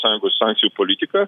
sąjungos sankcijų politiką